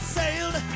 sailed